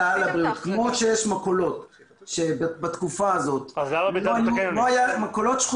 כמו שיש מכולות שכונתיות קטנות